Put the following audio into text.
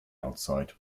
outside